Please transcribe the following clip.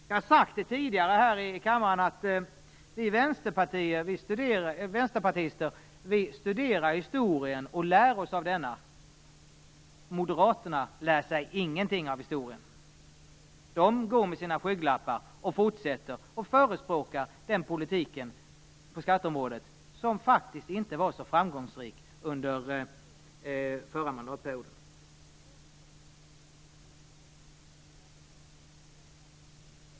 Jag har tidigare här i kammaren sagt att vi vänsterpartister studerar historien och lär oss av den. Moderaterna lär sig ingenting av historien. De går med sina skygglappar och fortsätter att förespråka den politik på skatteområdet som faktiskt inte var så framgångsrik under den förra mandatperioden.